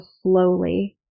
slowly